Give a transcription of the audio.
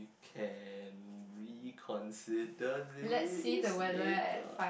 can reconsider this later